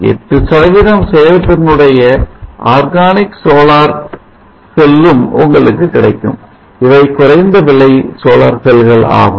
8 செயல் திறனுடைய organic solar செல்லும் உங்களுக்கு கிடைக்கும் இவை குறைந்த விலை செல்கள் ஆகும்